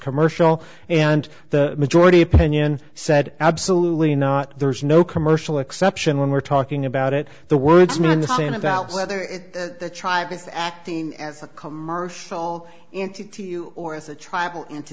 commercial and the majority opinion said absolutely not there is no commercial exception when we're talking about it the words mean nothing about whether the tribe is acting as a commercial entity you or as a tribal into